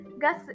gas